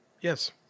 Yes